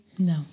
No